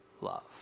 love